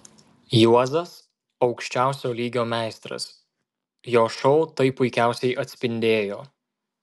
juozas aukščiausio lygio meistras jo šou tai puikiausiai atspindėjo